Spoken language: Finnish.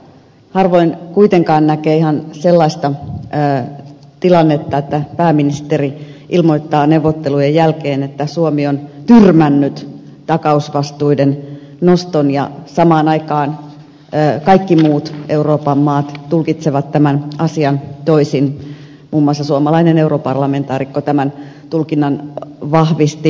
harvoin kuitenkaan näkee ihan sellaista tilannetta että pääministeri ilmoittaa neuvottelujen jälkeen että suomi on tyrmännyt takausvastuiden noston ja samaan aikaan kaikki muut euroopan maat tulkitsevat tämän asian toisin muun muassa suomalainen europarlamentaarikko tämän tulkinnan vahvisti